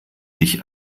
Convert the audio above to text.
sich